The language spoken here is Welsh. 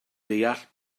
deall